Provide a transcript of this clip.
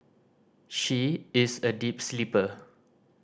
she is a deep sleeper